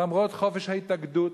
למרות חופש ההתאגדות,